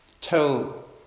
tell